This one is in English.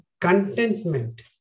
contentment